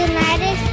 United